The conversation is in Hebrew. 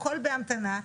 הכל בהמתנה.